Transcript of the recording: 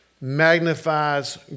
magnifies